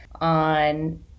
on